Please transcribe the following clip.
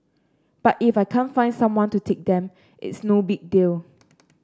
but if I can't find someone to take them it's no big deal